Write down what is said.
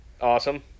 Awesome